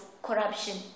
corruption